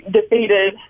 defeated